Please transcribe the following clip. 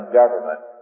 government